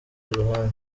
ruhande